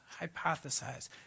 hypothesize